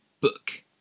book